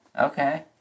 Okay